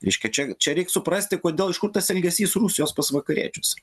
reiškia čia čia reik suprasti kodėl iš kur tas elgesys rusijos pas vakariečius